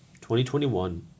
2021